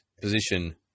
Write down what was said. position